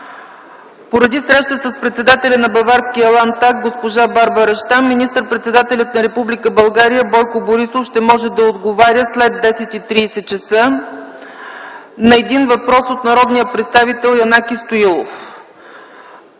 Поради среща с председателя на Баварския Ландтаг госпожа Барбара Щам, министър-председателят на Република България Бойко Борисов ще може да отговаря след 10,30 ч. на въпрос от народния представител Янаки Стоилов.